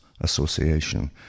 Association